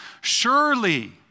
surely